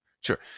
Sure